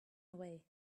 away